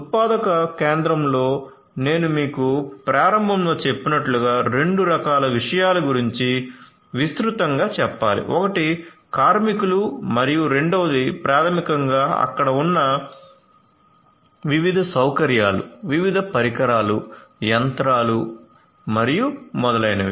ఉత్పాదక కేంద్రంలో నేను మీకు ప్రారంభంలో చెప్పినట్లుగా 2 రకాల విషయాలు గురించి విస్తృతంగా చెప్పాలి ఒకటి కార్మికులు మరియు రెండవది ప్రాథమికంగా అక్కడ ఉన్న వివిధ సౌకర్యాలు వివిధ పరికరాలు యంత్రాలు మరియు మొదలైనవి